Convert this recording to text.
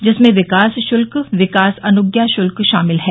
जिसमें विकास शुल्क विकास अनुज्ञा शुल्क शामिल है